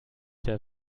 der